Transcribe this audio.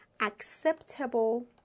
acceptable